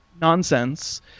nonsense